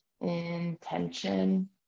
intention